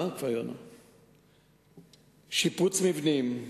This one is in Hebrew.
שיפוץ מבנים,